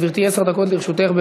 גברתי, עשר דקות לרשותך.